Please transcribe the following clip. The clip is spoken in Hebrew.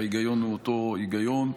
וההיגיון הוא אותו היגיון,